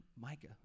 Micah